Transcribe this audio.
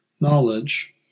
knowledge